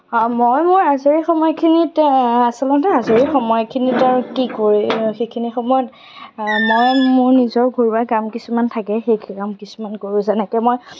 মই মোৰ আজৰি সময়খিনিত আচলতে আজৰি সময়খিনিত আৰু কৰি সেইখিনি সময়ত মই মোৰ নিজৰ ঘৰুৱা কাম কিছুমান থাকে সেই কাম কিছুমান কৰোঁ যেনেকৈ মই